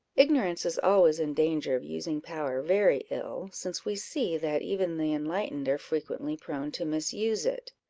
ignorance is always in danger of using power very ill, since we see that even the enlightened are frequently prone to misuse it.